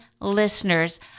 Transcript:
listeners